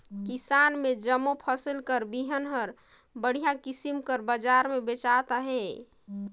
किसानी में जम्मो फसिल कर बीहन हर बड़िहा किसिम कर बजार में बेंचात अहे